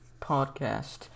podcast